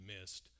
missed